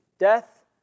death